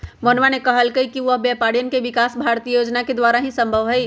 मोहनवा ने कहल कई कि व्यापारियन के विकास भारतीय योजना के द्वारा ही संभव हई